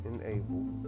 enable